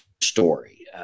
story